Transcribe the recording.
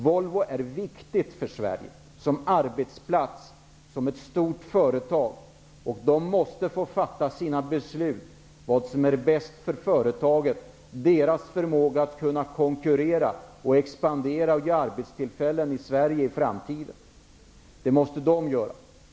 Volvo är viktigt för Sverige som arbetsplats, som stort företag, och Volvo måste få fatta besluten om vad som är bäst för företagets förmåga att konkurrera, expandera och ge arbetstillfällen i Sverige i framtiden.